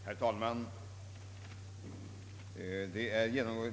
Herr talman!